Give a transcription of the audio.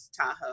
tahoe